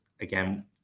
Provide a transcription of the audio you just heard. again